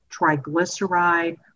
triglyceride